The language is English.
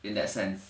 in that sense